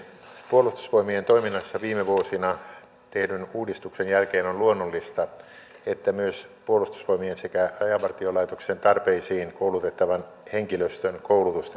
puolustusvoimien toiminnassa viime vuosina tehdyn uudistuksen jälkeen on luonnollista että myös puolustusvoimien sekä rajavartiolaitoksen tarpeisiin koulutettavan henkilöstön koulutusta kehitetään